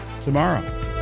tomorrow